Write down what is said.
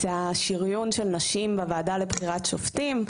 השריון של נשים בוועדה לבחירת שופטים,